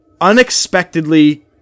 unexpectedly